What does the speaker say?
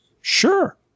Sure